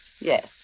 Yes